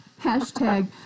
hashtag